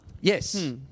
Yes